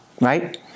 right